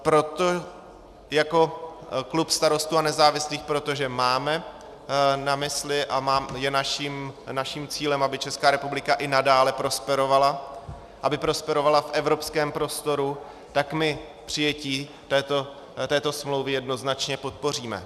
Proto jako klub Starostů a nezávislých, protože máme na mysli a je naším cílem, aby Česká republika i nadále prosperovala, aby prosperovala v evropském prostoru, tak my přijetí této smlouvy jednoznačně podpoříme.